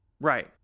Right